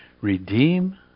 Redeem